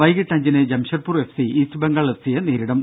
വൈകിട്ട് അഞ്ചിന് Jamshedpur F C East Bengal F C യെ നേരിടും